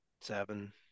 Seven